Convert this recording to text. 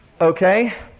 Okay